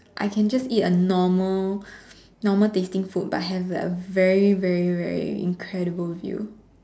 I can just eat a normal normal tasting food but have a very very very incredible view